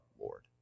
Lord